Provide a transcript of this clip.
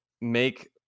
make